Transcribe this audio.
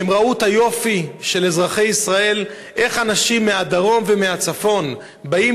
הם ראו את היופי של אזרחי ישראל ואיך אנשים מהדרום ומהצפון באים